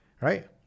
Right